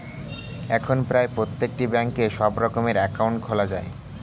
এখন প্রায় প্রত্যেকটি ব্যাঙ্কে সব রকমের অ্যাকাউন্ট খোলা যায়